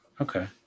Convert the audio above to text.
Okay